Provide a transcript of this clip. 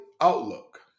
outlook